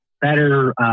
better